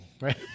right